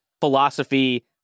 philosophy